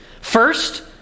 First